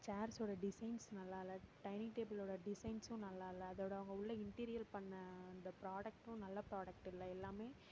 சேர்ஸ்ஸோட designs நல்லா இல்லை dining டேபிளோட டிசைன்ஸ்ஸும் நல்லா இல்லை அதோட அங்கே உள்ள இன்டீரியர் பண்ண அந்த புராடெக்டும் நல்ல புராடெக்ட் இல்லை எல்லாமே